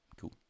Cool